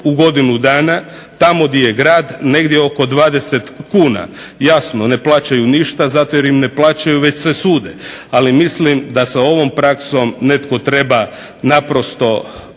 u godinu dana, tamo gdje je grad negdje oko 20 kuna, jasno ne plaćaju ništa zato jer im ne plaćaju već se sude. Ali mislim da se ovom praksom netko treba naprosto,